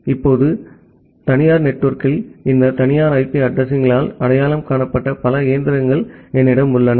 இப்போது தனியார் நெட்வொர்க்கில் இந்த தனியார் ஐபி அட்ரஸிங் களால் அடையாளம் காணப்பட்ட பல இயந்திரங்கள் என்னிடம் உள்ளன